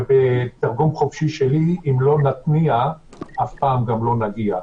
ובתרגום חופשי שלי: אם לא נתניע אף פעם גם לא נגיע.